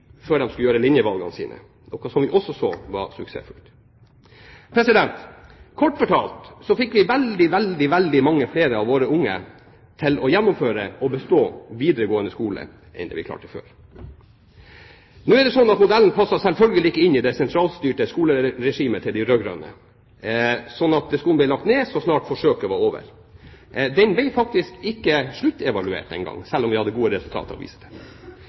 før de skulle gjøre linjevalgene sine, noe som vi også så var suksessfullt. Kort fortalt fikk vi veldig, veldig mange flere av våre unge til å gjennomføre og bestå videregående skole enn det vi klarte før. Nå var det slik at modellen selvfølgelig ikke passet inn i det sentralstyrte skoleregimet til de rød-grønne, så skolen ble lagt ned så snart forsøket var over. Modellen ble faktisk ikke sluttevaluert engang, selv om vi hadde gode resultater å vise til. Prosjektet passet bra i Båtsfjord, og